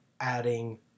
adding